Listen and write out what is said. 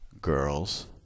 girls